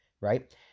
right